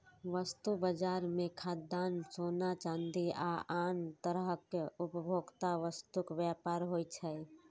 वस्तु बाजार मे खाद्यान्न, सोना, चांदी आ आन तरहक उपभोक्ता वस्तुक व्यापार होइ छै